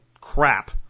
crap